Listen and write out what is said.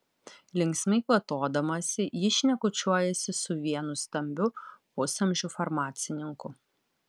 linksmai kvatodamasi jį šnekučiuojasi su vienu stambiu pusamžiu farmacininku